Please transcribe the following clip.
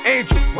Angel